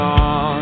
on